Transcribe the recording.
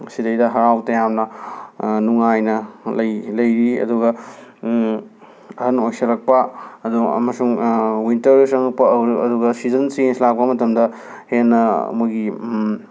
ꯃꯁꯤꯗꯩꯗ ꯍꯔꯥꯎ ꯇꯌꯥꯝꯅ ꯅꯨꯡꯉꯥꯏꯅ ꯂꯩ ꯂꯩꯔꯤ ꯑꯗꯨꯒ ꯑꯍꯜ ꯑꯣꯏꯁꯤꯜꯂꯛꯄ ꯑꯗ ꯑꯃꯁꯨꯡ ꯋꯤꯟꯇꯔ ꯆꯪꯂꯛꯄ ꯑꯧ ꯑꯗꯨꯒ ꯁꯤꯖꯟ ꯆꯦꯟꯁ ꯂꯥꯛꯄ ꯃꯇꯝꯗ ꯍꯦꯟꯅ ꯃꯣꯏꯒꯤ